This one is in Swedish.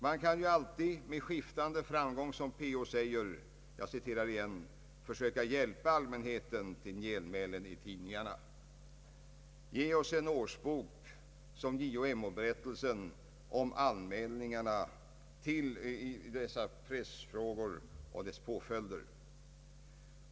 Man kan ju alltid — med skiftande framgång — som pressens ombudsman säger ”försöka hjälpa allmänheten till genmälen i tidningarna”. Ge oss en årsbok som JO-MO-berättelsen om anmälningarna i pressfrågor och deras påföljder!